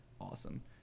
Awesome